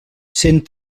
cent